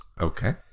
Okay